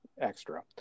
Extra